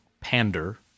pander